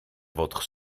votre